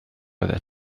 oeddet